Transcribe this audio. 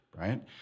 right